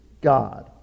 god